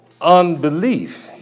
unbelief